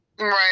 Right